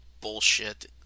bullshit